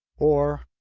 or